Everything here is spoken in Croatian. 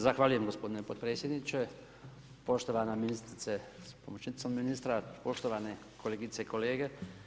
Zahvaljujem gospodine podpredsjedniče, poštovana ministrice s pomoćnicom ministra, poštovane kolegice i kolege.